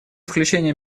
включение